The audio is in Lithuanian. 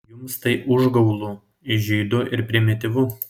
jums tai užgaulu įžeidu ir primityvu